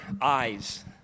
eyes